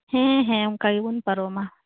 ᱦᱮᱸ ᱦᱮᱸ ᱚᱱᱠᱟᱜᱮᱱᱩᱢ ᱯᱟᱨᱚᱢᱟ